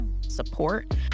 support